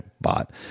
bot